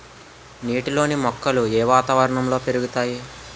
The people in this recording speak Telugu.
నీటిలోని మొక్కలు ఏ వాతావరణంలో పెరుగుతాయి?